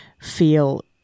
feel